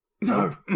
No